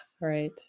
right